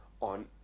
on